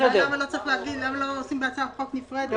למה לא עושים בהצעת חוק נפרדת --- אני